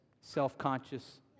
self-conscious